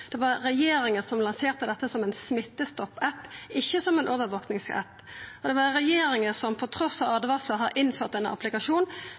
Det var regjeringa som lanserte dette som ein Smittestopp-app, ikkje som ein overvakings-app, og det var regjeringa som trass i åtvaringar innførte ein applikasjon